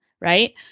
right